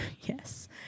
yes